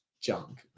junk